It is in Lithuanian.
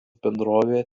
bendrovė